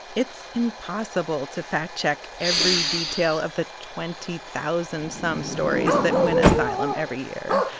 it's impossible to fact-check every detail of the twenty thousand some stories that win asylum every year.